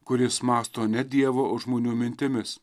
kuris mąsto ne dievo o žmonių mintimis